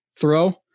throw